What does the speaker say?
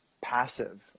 passive